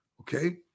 Okay